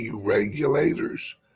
regulators